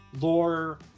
lore